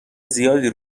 زیادی